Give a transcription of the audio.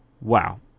Wow